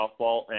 Softball